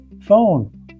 phone